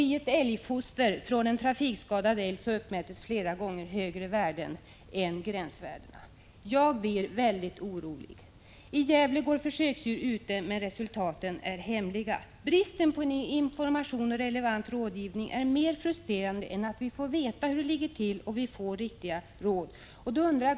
I ett älgfoster från en trafikskadad älg uppmättes flera gånger högre värden än gränsvärdena. I Gävle går försöksdjur ute, men resultaten är hemliga. Jag blir mycket orolig. Bristen på information och relevant rådgivning är mer frustrerande än att vi får veta hur det ligger till och att vi får riktiga råd.